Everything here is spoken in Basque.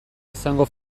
izango